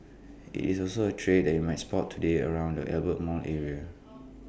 IT is also A trade that you might spot today around the Albert mall area